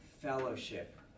fellowship